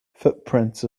footprints